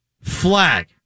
flag